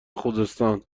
خوزستان